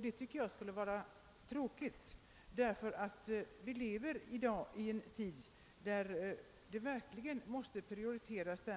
Detta vore tråkigt därför att vi lever i en tid då den